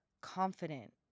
confident